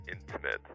intimate